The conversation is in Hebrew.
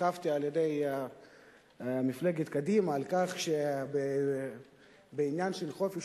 הותקפתי על-ידי מפלגת קדימה על כך שבעניין של חופש